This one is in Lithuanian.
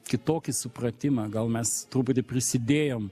kitokį supratimą gal mes truputį prisidėjom